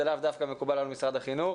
לאו דווקא מקובל על משרד החינוך,